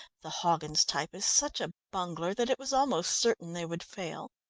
the hoggins type is such a bungler that it was almost certain they would fail.